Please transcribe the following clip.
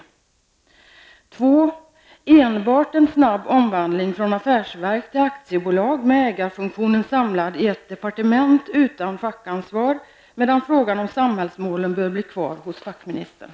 För det andra vill man enbart ha en snabb omvandling från affärsverk till aktiebolag med ägarfunktionen samlad i ett departement utan fackansvar, medan frågan om samhällsmålen bör bli kvar hos fackministern.